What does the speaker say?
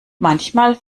manchmal